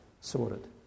sorted